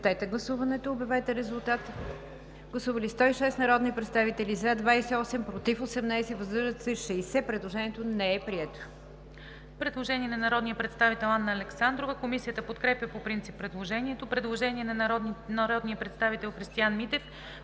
Предложение от народния представител Христиан Митев